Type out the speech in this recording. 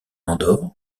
andorre